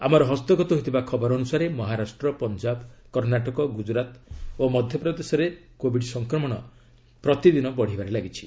ଆମର ହସ୍ତଗତ ହୋଇଥିବା ଖବର ଅନୁସାରେ ମହାରାଷ୍ଟ୍ର ପଞ୍ଜାବ କର୍ଷାଟକ ଗୁକ୍ତୁରାତ ଓ ମଧ୍ୟପ୍ରଦେଶରେ କୋଭିଡ ସଂକ୍ରମଣ ପ୍ରତିଦିନ ବଢ଼ିବାରେ ଲାଗିଛି